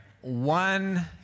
One